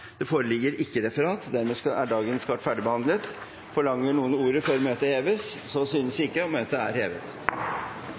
Det foreligger ikke referat. Dermed er dagens kart ferdigbehandlet. Forlanger noe ordet før møtet heves? Så synes